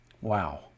Wow